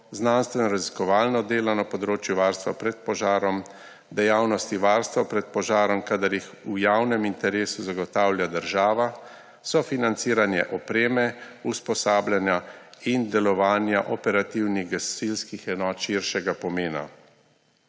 znanstvenoraziskovalno delo na področju varstva pred požarom, dejavnosti varstva pred požarom, kadar jih v javnem interesu zagotavlja država, sofinanciranje opreme, usposabljanja in delovanja operativnih gasilskih enot širšega pomena.